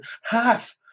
half